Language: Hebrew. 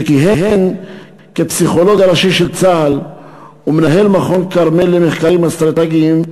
שכיהן כפסיכולוג הראשי של צה"ל ומנהל מכון "כרמל" למחקרים אסטרטגיים,